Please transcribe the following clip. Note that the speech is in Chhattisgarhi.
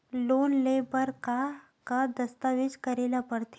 लोन ले बर का का दस्तावेज करेला पड़थे?